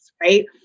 right